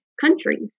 countries